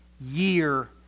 year